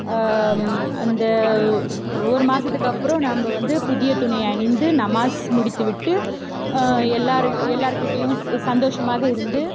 அந்த ஒரு மாதத்துக்கு அப்புறம் நம்ம வந்து புதிய துணியை அணிந்து நமாஸ் முடித்துவிட்டு எல்லாேர் எல்லாேர்க்கிட்டயும் ச சந்தோஷமாக இருந்து